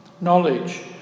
knowledge